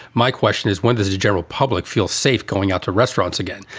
my question is when does the general public feel safe going out to restaurants again,